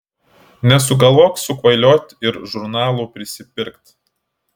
nesugalvok sukvailiot ir žurnalų prisipirkt